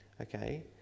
Okay